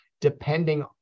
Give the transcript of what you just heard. depending